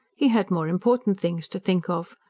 he had more important things to think of,